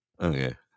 Okay